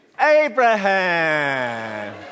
Abraham